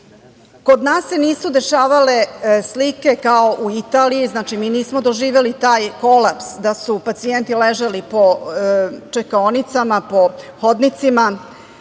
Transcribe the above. Kod nas se nisu dešavale slike kao u Italije. Znači, mi nismo doživeli taj kolaps da su pacijenti ležali po čekaonicama, po hodnicima,